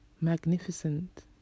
magnificent